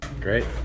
great